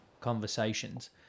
conversations